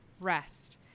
rest